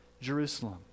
Jerusalem